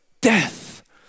death